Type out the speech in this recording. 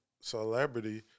celebrity